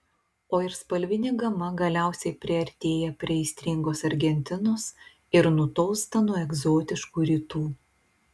o ir spalvinė gama galiausiai priartėja prie aistringos argentinos ir nutolsta nuo egzotiškų rytų